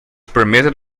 permitted